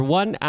one